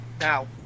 now